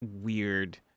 weird